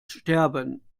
sterben